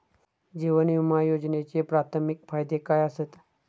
जीवन विमा योजनेचे प्राथमिक फायदे काय आसत?